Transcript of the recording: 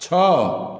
ଛଅ